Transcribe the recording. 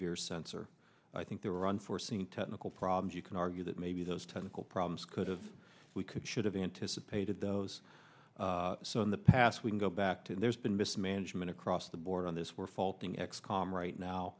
fear sensor i think there were unforeseen technical problems you can argue that maybe those technical problems could have we could should have anticipated those so in the past we can go back to there's been mismanagement across the board on this we're faulting x com right now